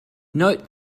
note